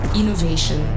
innovation